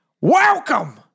welcome